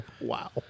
Wow